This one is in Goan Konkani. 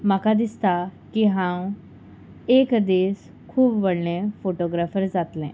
म्हाका दिसता की हांव एक दीस खूब व्हडलें फोटोग्राफर जातलें